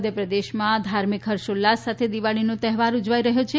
મધ્યપ્રદેશમાં ધાર્મિક હર્ષોલ્લાસ સાથે દિવાળીનો તહેવાર ઉજવાઇ રહ્યો છે